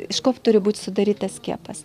iš ko turi būt sudarytas skiepas